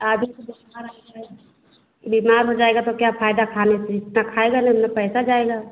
आदमी को बुख़ार आ जाए बीमार हो जाएगा तो क्या फयदा खाने से जितना खाएगा नहीं उतना पैसा जाएगा